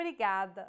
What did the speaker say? Obrigada